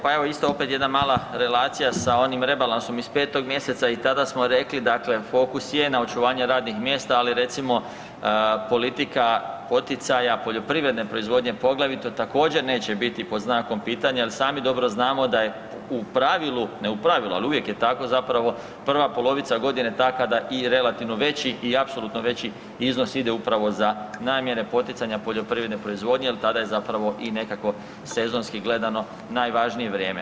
Pa evo isto opet jedna mala relacija sa onim rebalansom iz 5. mjeseca i tada smo rekli da fokus je na očuvanje radnih mjesta, ali recimo politika poticaja poljoprivredne proizvodnje poglavito također neće biti pod znakom pitanja jel sami dobro znamo da je u pravilu, ne u pravilu, ali uvijek je tako zapravo prva polovica godine takva da i relativno veći i apsolutni veći iznos ide upravo za namjene poticanja poljoprivredne proizvodnje jer tada je i nekakvo sezonski gledano najvažnije vrijeme.